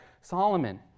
Solomon